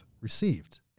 received